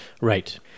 right